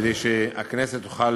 כדי שהכנסת תוכל